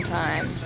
time